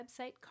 website